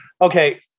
Okay